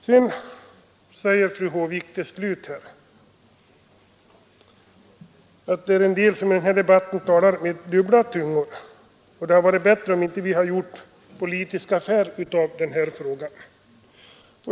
Sedan säger fru Håvik till slut att det är vissa som i den här debatten talar med dubbla tungor och att det hade varit bättre om vi inte hade gjort politisk affär av den här frågan.